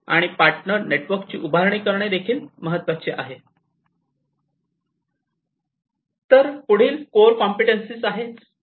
आणि partner network ची उभारणी करणे हे पण फार महत्वाचे आहे तर पुढील कोअर कॉम्पिटन्सीस आहेत